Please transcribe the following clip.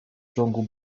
ciągu